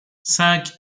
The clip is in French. cinq